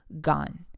gone